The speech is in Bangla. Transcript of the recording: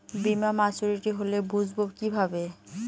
বীমা মাচুরিটি হলে বুঝবো কিভাবে?